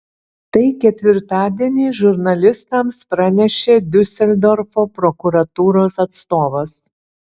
tai ketvirtadienį žurnalistams pranešė diuseldorfo prokuratūros atstovas